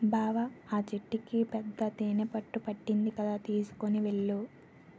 బావా ఆ చెట్టుకి పెద్ద తేనెపట్టు పట్టింది కదా చూసుకొని వెళ్ళు